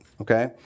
okay